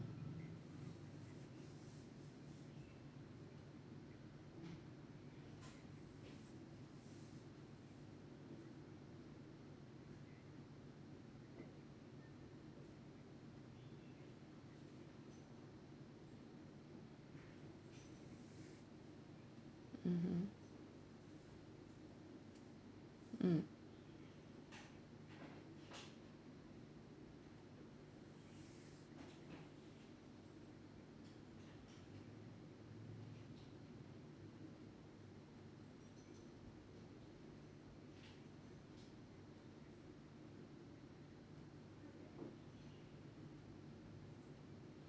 mmhmm mm